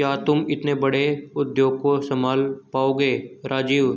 क्या तुम इतने बड़े उद्योग को संभाल पाओगे राजीव?